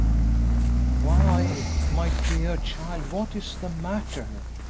why, my dear child, what is the matter?